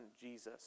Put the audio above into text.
Jesus